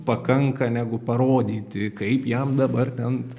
pakanka negu parodyti kaip jam dabar ten